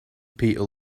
peter